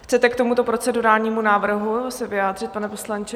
Chcete se k tomu procedurálnímu návrhu vyjádřit, pane poslanče?